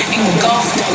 Engulfed